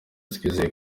twizeye